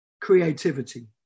creativity